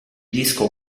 disco